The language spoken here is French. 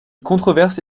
controverse